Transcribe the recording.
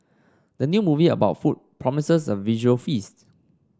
the new movie about food promises a visual feast